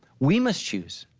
we must choose.